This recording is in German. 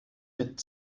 mit